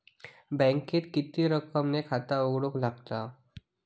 बँकेत किती रक्कम ने खाता उघडूक लागता?